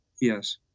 Yes